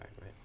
right